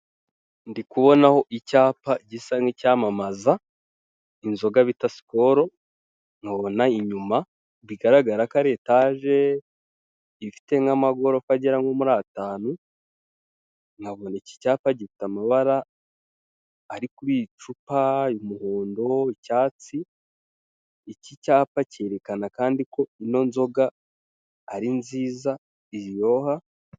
Ndi kubonaho icyapa gisa nk'icyamamaza inzoga bita Skol, nkabona inyuma bigaragara ko ari etaje ifite nk'amagorofa agera nko muri atanu, nkabona iki cyapa gifite amabara ari kuri iri cupa, umuhondo, icyatsi, iki cyapa cyerekana kandi ko ino nzoga ari nziza, iryoha